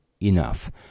enough